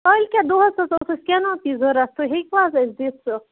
کٲلۍکٮ۪تھ دۄَس حظ اوس اَسہِ کٮ۪نوپی ضروٗرت تُہۍ ہیٚکوا حظ اَسہِ دِتھ سُہ